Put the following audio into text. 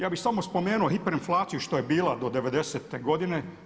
Ja bih samo spomenuo hiper inflaciju što je bila do devedesete godine.